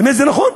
באמת זה נכון?